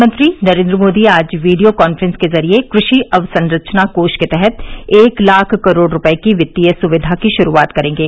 प्रधानमंत्री नरेन्द्र मोदी आज video conference के जरिए कृषि अवसंरचना कोष के तहत एक लाख करोड़ रुपये की वित्तीय सुविघा की शुरूआत करेंगे